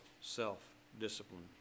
self-discipline